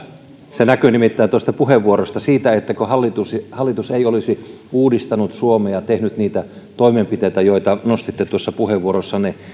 se näkyy nimittäin tuosta puheenvuorosta siitä etteikö hallitus olisi uudistanut suomea tehnyt niitä toimenpiteitä joita nostitte puheenvuorossanne